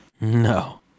No